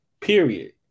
period